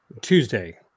Tuesday